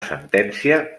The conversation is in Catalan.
sentència